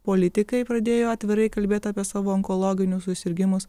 politikai pradėjo atvirai kalbėt apie savo onkologinius susirgimus